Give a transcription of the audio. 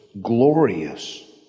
glorious